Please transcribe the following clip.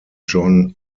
john